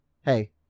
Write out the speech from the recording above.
Hey